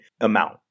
amount